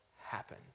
happen